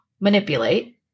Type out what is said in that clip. manipulate